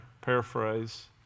paraphrase